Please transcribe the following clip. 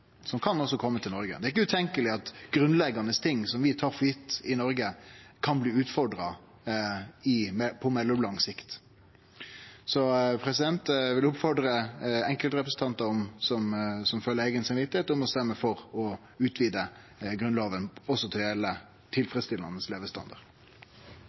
også kan kome til Noreg. Det er ikkje utenkjeleg at grunnleggjande ting som vi tar for gitt i Noreg, kan bli utfordra på mellomlang sikt. Eg vil oppfordre enkeltrepresentantar som følgjer eige samvit, om å stemme for å utvide Grunnlova til også å gjelde